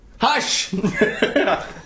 Hush